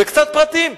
וקצת פרטים.